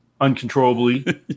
uncontrollably